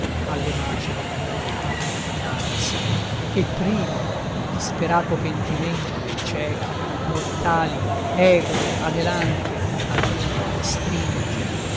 alle macere cure innalza e primo il disperato pentimento i ciechi ortali gro anelante aduna e stringe